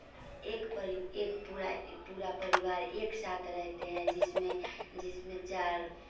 एक परि एक पूरा पूरा परिवार एक साथ रहेते हैं जिसमें जिसमें चार